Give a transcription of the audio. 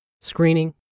screening